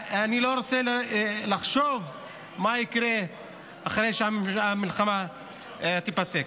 אני לא רוצה לחשוב מה יקרה אחרי שהמלחמה תיפסק.